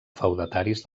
feudataris